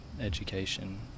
education